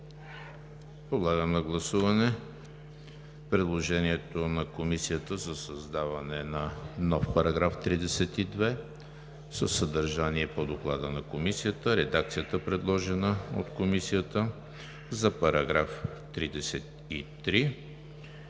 Подлагам на гласуване предложението на Комисията за създаване на нов § 32 със съдържание по Доклада на Комисията; редакцията, предложена от Комисията за § 33;